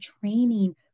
training